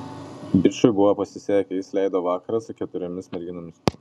bičui buvo pasisekę jis leido vakarą su keturiomis merginomis